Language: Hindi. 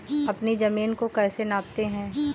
अपनी जमीन को कैसे नापते हैं?